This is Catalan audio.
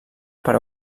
per